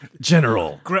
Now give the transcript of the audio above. General